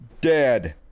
Dead